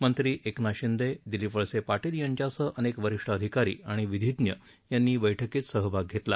मंत्री एकनाथ शिंदे दिलीप वळसे पाटील यांच्यासह अनेक वरिष्ठ अधिकारी आणि विधिज्ञ यांनी बठकीत सहभाग घेतला